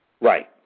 right